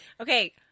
Okay